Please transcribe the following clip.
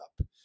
up